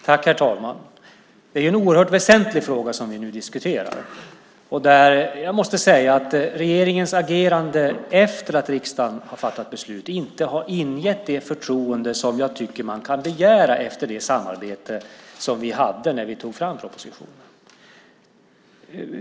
Herr talman! Det är en oerhört väsentlig fråga som vi nu diskuterar. Regeringens agerande efter det att riksdagen fattat beslut har inte ingett det förtroende som jag tycker att man kan begära efter det samarbete vi hade när vi tog fram propositionen.